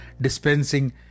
Dispensing